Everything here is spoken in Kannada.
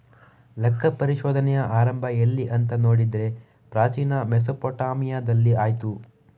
ಲೆಕ್ಕ ಪರಿಶೋಧನೆಯ ಆರಂಭ ಎಲ್ಲಿ ಅಂತ ನೋಡಿದ್ರೆ ಪ್ರಾಚೀನ ಮೆಸೊಪಟ್ಯಾಮಿಯಾದಲ್ಲಿ ಆಯ್ತು